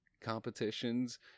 competitions